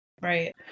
right